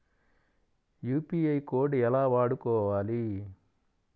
UPI code ఎలా వాడుకోవాలి?